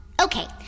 Okay